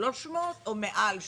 300 או מעל 300?